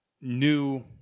new